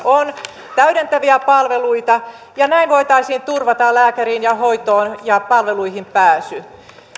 on täydentäviä palveluita ja näin voitaisiin turvata lääkäriin ja hoitoon ja palveluihin pääsy